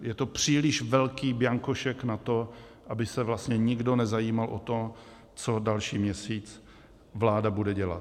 Je to příliš velký bianko šek na to, aby se vlastně nikdo nezajímal o to, co další měsíc vláda bude dělat.